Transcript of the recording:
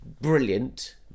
brilliant